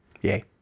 Yay